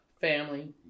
family